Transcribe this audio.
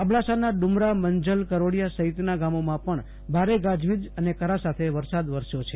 અબડાસાના ડુમરા મંજલ કરોડીયા સફિતના ગામોમાં પણ ભારે ગાજવીજ અને કરા સાથે વરસાદ વરસ્યો છે